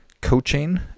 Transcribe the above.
coaching